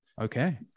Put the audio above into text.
Okay